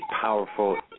powerful